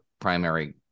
primary